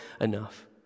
enough